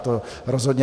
To rozhodně.